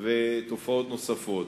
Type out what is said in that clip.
ותופעות נוספות.